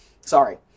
Sorry